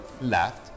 left